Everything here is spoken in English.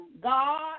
God